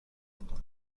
کنم